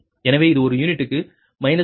எனவே இது ஒரு யூனிட்க்கு 2